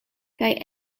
kaj